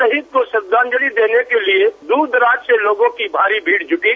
शहीद को श्रद्दांजलि देने के लिए दूरदराज से लोगों की भारी भीड़ जुटी